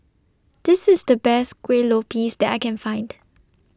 This IS The Best Kuih Lopes that I Can Find